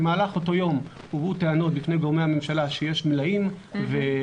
במהלך אותו היום הובאו טענות בפני גורמי הממשלה שיש מלאים ואספקה